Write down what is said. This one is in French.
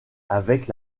avec